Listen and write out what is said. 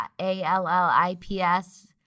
A-L-L-I-P-S